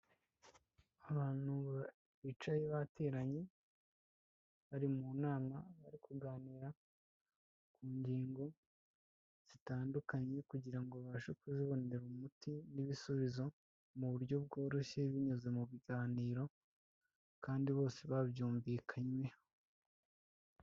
Abantu bicaye bateranye, bari mu nama bari kuganira ku ngingo zitandukanye kugira ngo babashe kuzibonera umuti n'ibisubizo mu buryo bworoshye binyuze mu biganiro, kandi bose babyumvikanyeho.